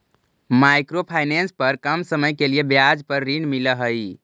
micro finance पर कम समय के लिए ब्याज पर ऋण मिलऽ हई